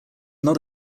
not